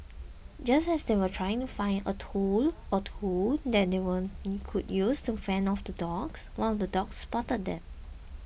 just as they were trying to find a tool or two that they one could use to fend off the dogs one of the dogs spotted them